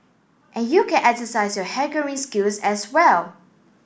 and you can exercise your haggling skills as well